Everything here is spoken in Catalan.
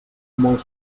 molt